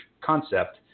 concept